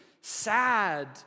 sad